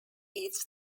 its